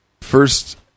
first